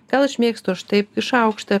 gal aš mėgstu aš taip i šaukštą